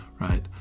right